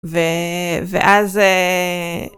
ו... ואז אה...